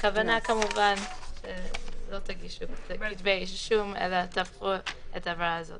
הכוונה כמובן שלא תגישו כתבי אישום אלא תאכפו את העבירה הזו